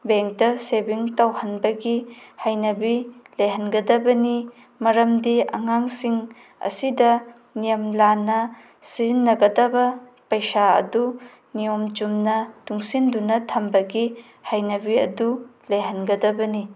ꯕꯦꯡꯗ ꯁꯦꯚꯤꯡ ꯇꯧꯍꯟꯕꯒꯤ ꯍꯩꯅꯕꯤ ꯂꯩꯍꯟꯒꯗꯕꯅꯤ ꯃꯔꯝꯗꯤ ꯑꯉꯥꯡꯁꯤꯡ ꯑꯁꯤꯗ ꯅꯤꯌꯝ ꯂꯥꯟꯅ ꯁꯤꯖꯤꯟꯅꯒꯗꯕ ꯄꯩꯁꯥ ꯑꯗꯨ ꯅꯤꯌꯝ ꯆꯨꯝꯅ ꯇꯨꯡꯁꯤꯟꯗꯨꯅ ꯊꯝꯕꯒꯤ ꯍꯩꯅꯕꯤ ꯑꯗꯨ ꯂꯩꯍꯟꯒꯗꯕꯅꯤ